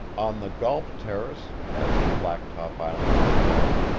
on the golp terrace, as the blacktop island was called,